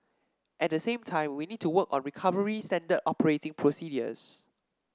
at the same time we need to work on recovery standard operating procedures